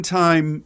time